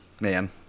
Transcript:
Man